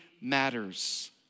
matters